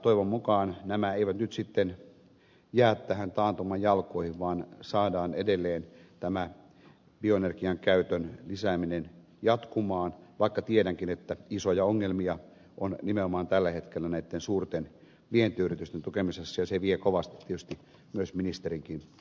toivon mukaan nämä eivät nyt sitten jää tähän taantuman jalkoihin vaan saadaan edelleen tämä bioenergian käytön lisääminen jatkumaan vaikka tiedänkin että isoja ongelmia on nimenomaan tällä hetkellä näitten suurten vientiyritysten tukemisessa ja se vie kovasti tietysti myös ministerikin